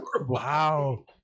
wow